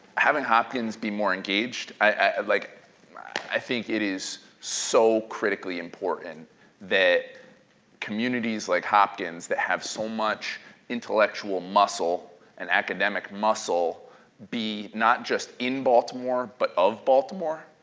having hopkins be more engaged, i like i think it is so critically important that communities like hopkins that have so much intellectual muscle and academic muscle be not just in baltimore, but of baltimore.